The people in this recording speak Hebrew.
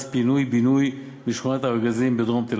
פינוי-בינוי לשכונת-הארגזים בדרום תל-אביב,